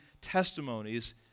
testimonies